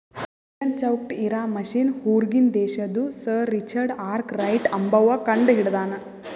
ನೀರನ್ ಚೌಕ್ಟ್ ಇರಾ ಮಷಿನ್ ಹೂರ್ಗಿನ್ ದೇಶದು ಸರ್ ರಿಚರ್ಡ್ ಆರ್ಕ್ ರೈಟ್ ಅಂಬವ್ವ ಕಂಡಹಿಡದಾನ್